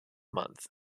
month